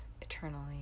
eternally